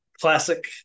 Classic